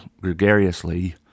gregariously